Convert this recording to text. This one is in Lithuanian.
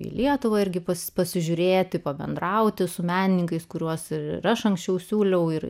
į lietuvą irgi pasižiūrėti pabendrauti su menininkais kuriuos ir aš anksčiau siūliau ir